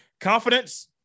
Confidence